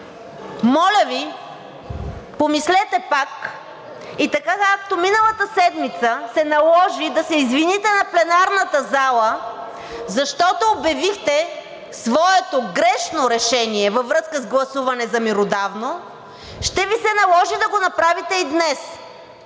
моля Ви, помислете пак и така, както миналата седмица се наложи да се извините на пленарната зала, защото обявихте своето грешно решение във връзка с гласуване за меродавно, ще Ви се наложи да го направите и днес.